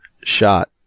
shot